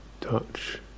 touch